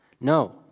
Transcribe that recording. No